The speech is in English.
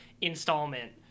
installment